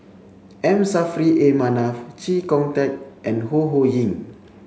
M Saffri A Manaf Chee Kong Tet and Ho Ho Ying